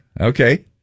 Okay